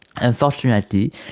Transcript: Unfortunately